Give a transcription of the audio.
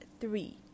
three